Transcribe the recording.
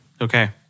Okay